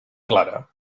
clara